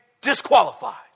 disqualified